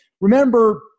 Remember